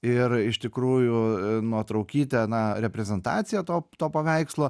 ir iš tikrųjų nuotraukytę na reprezentaciją to to paveikslo